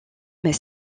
mais